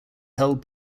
held